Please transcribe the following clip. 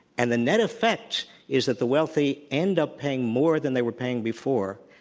and the net effect is that the wealthy end up paying more than they were paying before,